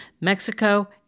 Mexico